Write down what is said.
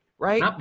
Right